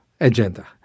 agenda